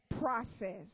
process